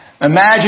Imagine